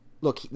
look